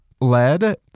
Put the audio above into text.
lead